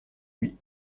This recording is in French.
lui